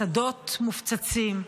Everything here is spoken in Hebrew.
השדות מופצצים.